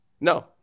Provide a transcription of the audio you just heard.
No